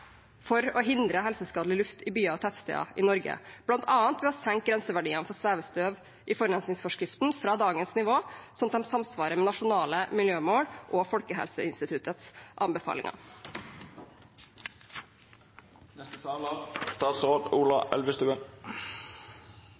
for å hindre helseskadelig luft i byer og tettsteder i Norge, bl.a. ved å senke grenseverdiene for svevestøv i forurensningsforskriften fra dagens nivå, sånn at de samsvarer med nasjonale miljømål og Folkehelseinstituttets anbefalinger.